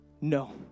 No